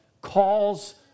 calls